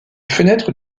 fenêtres